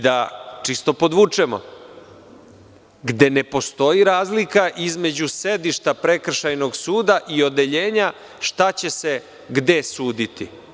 Da čisto podvučemo, gde ne postoji razlika između sedište prekršajnog suda i odeljenja šta će se gde suditi.